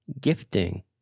gifting